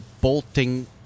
bolting